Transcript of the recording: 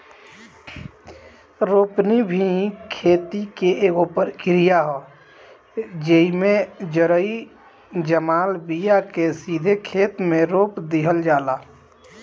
रोपनी भी खेती के एगो प्रक्रिया ह, जेइमे जरई जमाल बिया के सीधे खेते मे रोप दिहल जाला